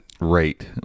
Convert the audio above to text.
rate